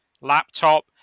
laptop